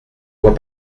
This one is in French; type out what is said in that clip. vois